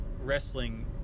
wrestling